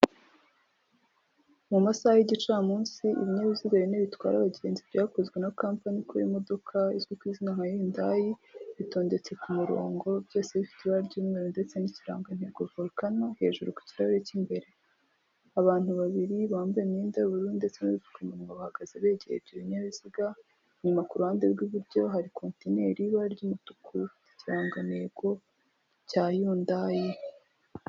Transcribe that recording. Mu masaha y'igicamunsi ibinyabiziga bine bitwara abagenzi byakozwe na compani ikora imodoka izwi nka Hyundai, bitondetse ku murongo byose bifite ibara ry'umweru ndetse n'ikirangantego volcano, hejuru ku kirahure cy'imbere. Abantu babiri bambaye imyenda y'ubururu ndetse n'apfuka umunwa bahagaze begereyeje ibinyabiziga, inyuma kuruhande rw'iburyo hari kontineri y'ibara ry'umutuku, ifite ikirangantego cya Hyundai.